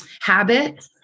habit